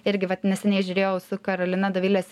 irgi vat neseniai žiūrėjau su karolina dovilės